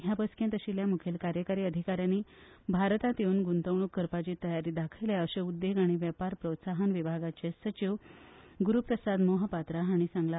ह्या बसकेक आशिल्ल्या मुखेल कार्यकारी अधिकाऱ्यांनी भारतात येवन गुंतवणूक करपाची तयारी दाखयल्या अशें उद्येग आनी वेपार प्रोत्साहन विभागाचे सचिव गुरूप्रसाद मोहपात्रा हांणी सांगला